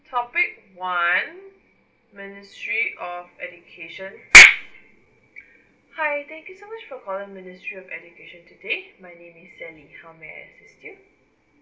topic one ministry of education hi thank you so much for calling ministry of education today my name is sally how may I assist you